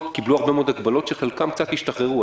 הוטלו הרבה מאוד הגבלות, שחלקן קצת השתחררו.